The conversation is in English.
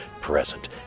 present